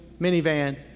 minivan